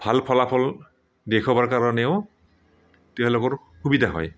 ভাল ফলাফল দেখুৱাবৰ কাৰণেও তেওঁলোকৰ সুবিধা হয়